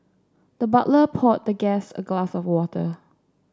the butler poured the guest a glass of water